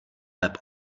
web